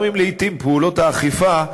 גם אם לעתים פעולות האכיפה,